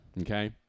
Okay